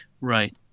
Right